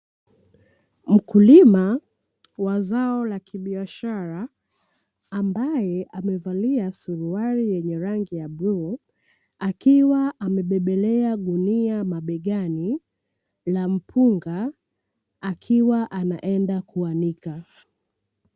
Mkulima wa zao ka kibiashara, ambaye amevalia suruali yenye rangi ya bluu, akiwa amebebelea gunia mabegani na mpunga, akiwa anaenda kuanika.